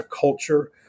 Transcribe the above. culture